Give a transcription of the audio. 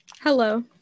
Hello